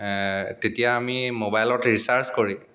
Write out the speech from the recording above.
তেতিয়া আমি মোবাইলত ৰিচাৰ্জ কৰি